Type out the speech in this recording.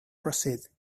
proceed